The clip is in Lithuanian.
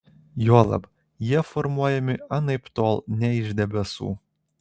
juolab jie formuojami anaiptol ne iš debesų